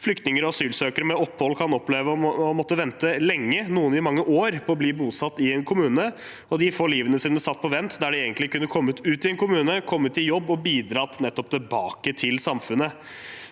Flyktninger og asylsøkere med opphold kan oppleve å måtte vente lenge, noen i mange år, på å bli bosatt i en kommune, og de får livet sitt satt på vent når de egentlig kunne kommet ut i en kommune, kommet i jobb og bidratt nettopp tilbake til samfunnet.